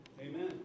Amen